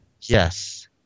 Yes